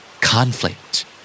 Conflict